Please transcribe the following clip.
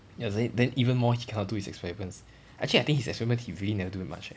ya then then even more he cannot do his experiments actually I think his experiments he really never do much eh